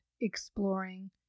exploring